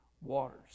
waters